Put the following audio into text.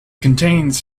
contains